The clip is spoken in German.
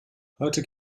heute